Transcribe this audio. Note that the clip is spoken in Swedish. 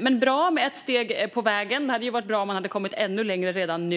Det var bra med ett steg på vägen. Det hade varit bra om man hade kommit ännu längre redan nu.